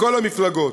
מכל המפלגות,